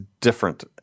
different